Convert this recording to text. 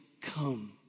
come